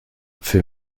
für